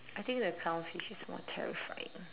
I think the clownfish is more terrifying